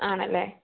ആണല്ലേ